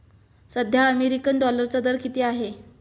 सध्या अमेरिकन डॉलरचा दर किती आहे?